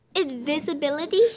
Invisibility